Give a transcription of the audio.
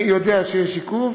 אני יודע שיש עיכוב,